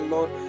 Lord